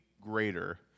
greater